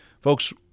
Folks